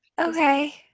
Okay